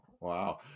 Wow